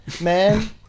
man